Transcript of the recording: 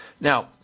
Now